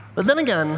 but then again